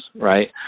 right